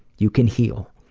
you can heal.